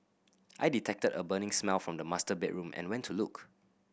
I detected a burning smell from the master bedroom and went to look